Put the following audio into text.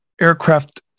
aircraft